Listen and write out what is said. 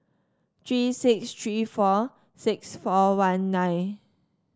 three six three four six four one nine